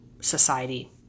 society